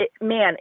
man